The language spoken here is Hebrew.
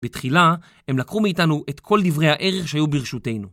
בתחילה, הם לקחו מאיתנו את כל דברי הערך שהיו ברשותנו.